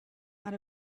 out